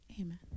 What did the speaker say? amen